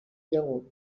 llegum